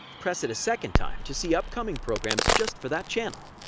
press it a second time to see upcoming programs just for that channel.